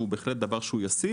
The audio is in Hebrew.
והוא בהחלט דבר ישים.